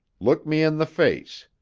look me in the face.